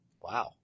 Wow